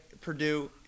Purdue